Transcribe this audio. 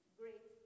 great